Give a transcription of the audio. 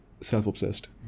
self-obsessed